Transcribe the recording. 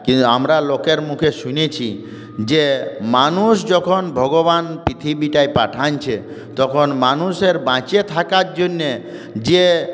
আমরা লোকের মুখে শুনেছি যে মানুষ যখন ভগবান পৃথিবীটায় পাঠিয়েছে তখন মানুষের বেঁচে থাকার জন্যে যে